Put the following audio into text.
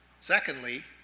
secondly